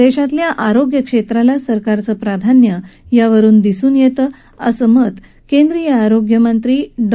देशातल्या आरोग्यक्षेत्राला सरकारचं प्राधान्य यावरुन दिसून येतं असं केंद्रीय आरोग्य मंत्री डॉ